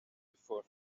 before